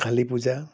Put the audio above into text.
Kali Puja